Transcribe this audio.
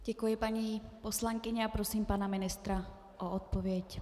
Děkuji, paní poslankyně, a prosím pana ministra o odpověď.